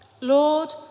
Lord